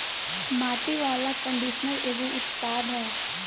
माटी वाला कंडीशनर एगो उत्पाद ह